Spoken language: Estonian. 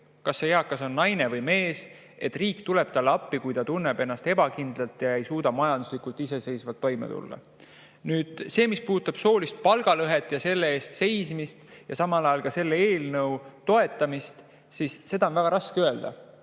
kas see on naine või mees, kui ta tunneb ennast ebakindlalt ega suuda majanduslikult iseseisvalt toime tulla. Nüüd see, mis puudutab soolist palgalõhet, selle eest seismist ja samal ajal selle eelnõu toetamist. Seda on väga raske öelda.